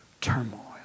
turmoil